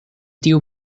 tiu